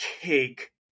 cake